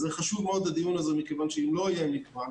חשוב מאוד הדיון הזה מכיוון שאם לא יהיה מגוון,